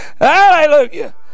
Hallelujah